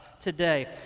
today